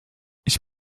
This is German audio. ich